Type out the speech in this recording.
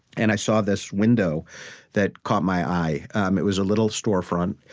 and i saw this window that caught my eye. um it was a little storefront.